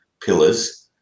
pillars